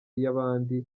y’abandi